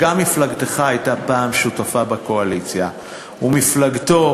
שמפלגתך הייתה פעם שותפה בקואליציה ומפלגתו